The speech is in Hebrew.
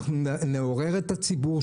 אנחנו נעורר את הציבור,